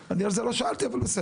אוקי, אני על זה לא שאלתי, אבל בסדר.